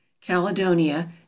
Caledonia